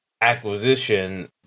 acquisition